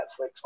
Netflix